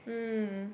mm